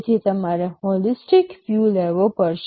તેથી તમારે holistic view લેવો પડશે